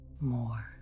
more